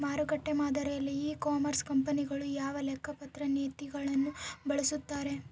ಮಾರುಕಟ್ಟೆ ಮಾದರಿಯಲ್ಲಿ e commerce ಕಂಪನಿಗಳು ಯಾವ ಲೆಕ್ಕಪತ್ರ ನೇತಿಗಳನ್ನು ಬಳಸುತ್ತಾರೆ?